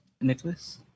Nicholas